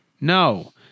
No